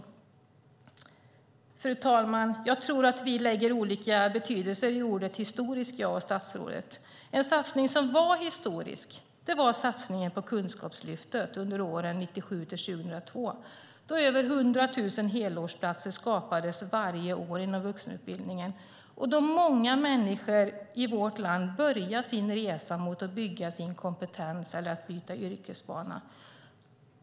Jag tror, fru talman, att jag och statsrådet lägger olika betydelser i ordet historisk. En satsning som var historisk var satsningen på Kunskapslyftet åren 1997-2002 då över 100 000 helårsplatser inrättades inom vuxenutbildningen varje år. Då började många människor i vårt land sin resa mot att bygga upp sin kompetens eller byta yrkesbana.